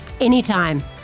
Anytime